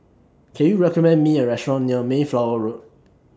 Can YOU recommend Me A Restaurant near Mayflower Road